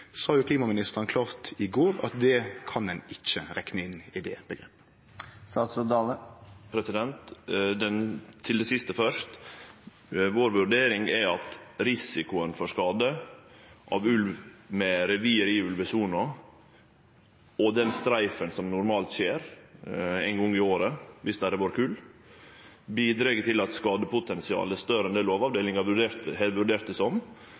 klimaministeren i går klart at ein ikkje kan rekne inn i det omgrepet. Til det siste først: Vurderinga vår er at risikoen for skade av ulv med revir i ulvesona og streifinga som normalt skjer ein gong i året viss det har vore kull, bidreg til at skadepotensialet er større enn det